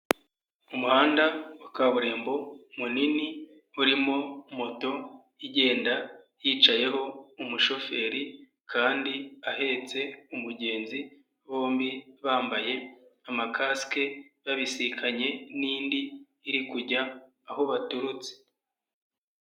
Umuhanda wa kaburimbo munini, urimo moto igenda hicayeho umushoferi, kandi ahetse umugenzi, bombi bambaye amakasike babisikanye n'indi iri kujya aho baturutse.